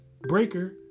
Breaker